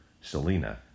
Selena